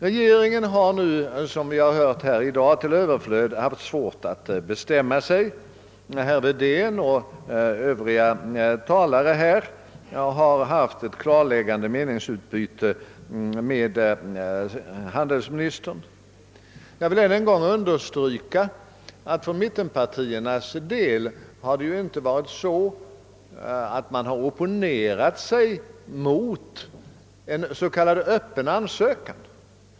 Regeringen har — som vi fått höra här i dag till övermått — haft svårt att bestämma sig. Herr Wedén och övriga talare har därvidlag haft ett klarläggande meningsutbyte med handelsministern. Jag vill än en gång understryka att för mittenpartiernas del har det inte varit så, att man opponerat sig mot en s.k. öppen ansökan.